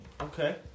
Okay